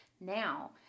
Now